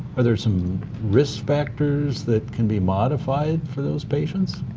are there some risk factors that can be modified for those patients?